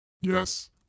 Yes